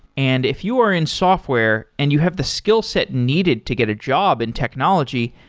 and if you are in software and you have the skill set needed to get a job in technology,